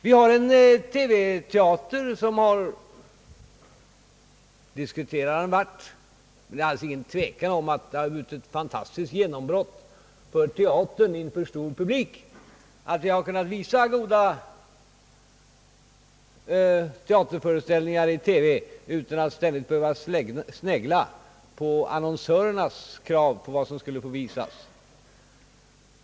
Vi har en TV-teater, som har varit föremål för en viss diskussion, men men det råder inget tvivel om att den har inneburit ett fantastiskt genombrott för teater inför stor publik. Vi har kunnat visa goda teaterföreställningar i TV utan att behöva snegla på annonsörkrav om vad som skall visas.